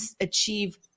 achieve